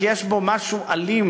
כי יש בו משהו אלים,